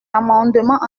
amendements